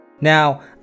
Now